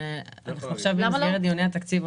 אנחנו עכשיו במסגרת דיוני התקציב,